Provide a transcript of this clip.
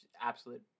absolute